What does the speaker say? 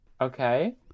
Okay